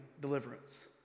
deliverance